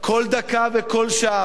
כל דקה וכל שעה,